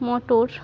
মটর